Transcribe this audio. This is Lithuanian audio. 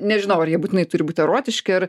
nežinau ar jie būtinai turi būti erotiški ar